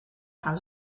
gaan